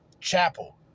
Chapel